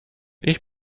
ich